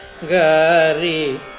Gari